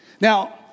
Now